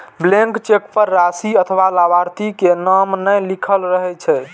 blank cheque पर राशि अथवा लाभार्थी के नाम नै लिखल रहै छै